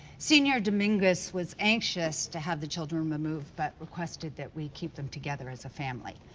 sr. dominguez was anxious to have the children removed, but requested that we keep them together as a family.